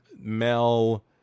Mel